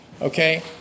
Okay